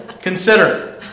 Consider